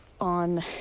on